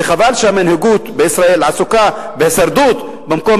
וחבל שהמנהיגות בישראל עסוקה בהישרדות במקום